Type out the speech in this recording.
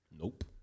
Nope